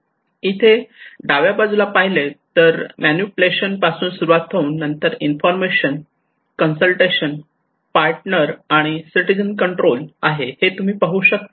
इथे डाव्या बाजूला पाहिले तर इथे मॅनिप्युलेशन पासून सुरुवात होऊन नंतर इन्फॉर्मेशन कन्सल्टेशन पार्टनर आणि सिटीझन कंट्रोल आहे हे तुम्ही पाहू शकतात